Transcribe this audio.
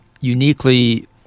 uniquely